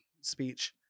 speech